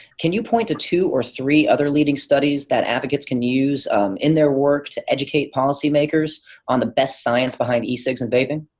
can you point to two or three other leading studies that advocates can use in their work to educate policy makers on the best science behind e-cigs and vaping?